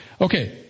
Okay